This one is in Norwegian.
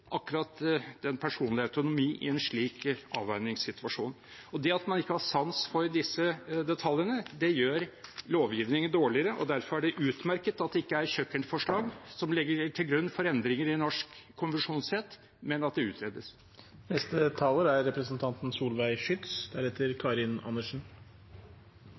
den personlige autonomi i en slik avveiningssituasjon. Og det at man ikke har sans for disse detaljene, gjør lovgivningen dårligere, og derfor er det utmerket at det ikke er kjøkkenforslag som legges til grunn for endringer i norsk konvensjonsrett, men at det utredes. Jeg registrerer at representanten